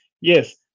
yes